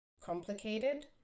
complicated